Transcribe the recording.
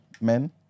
men